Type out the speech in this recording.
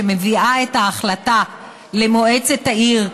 שמביאה את ההחלטה למועצת העיר,